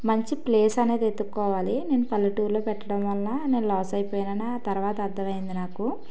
మంచి ప్లేస్ అనేది వెతుకుకోవాలి నేను పల్లెటూర్లో పెట్టడం వల్ల నేను లాస్ అయిపోయినానని తర్వాత అర్థమైంది నాకు